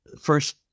first